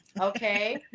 okay